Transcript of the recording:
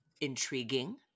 intriguing